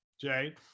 Jay